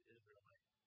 Israelite